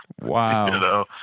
Wow